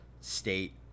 state